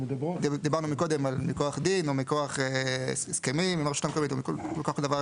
דיברנו מקודם על מכוח דין או מכוח הסכמים עם הרשות המקומית,